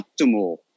optimal